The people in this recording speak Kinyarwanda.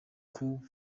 coup